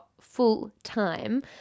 full-time